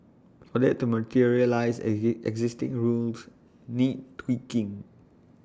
for that to materialise existing rules need tweaking